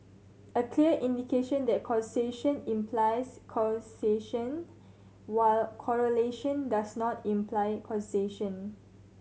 a clear indication that causation implies causation while correlation does not imply causation